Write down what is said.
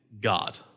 God